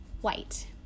white